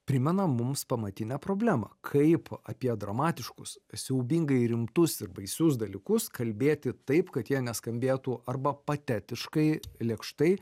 primena mums pamatinę problemą kaip apie dramatiškus siaubingai rimtus ir baisius dalykus kalbėti taip kad jie neskambėtų arba patetiškai lėkštai